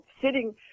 sitting